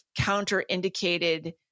counterindicated